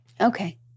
Okay